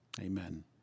Amen